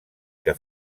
que